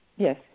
Yes